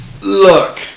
Look